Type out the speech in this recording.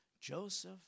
Joseph